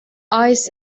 ice